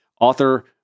author